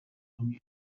بیاوری